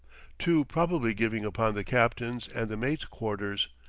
two probably giving upon the captain's and the mate's quarters,